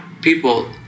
people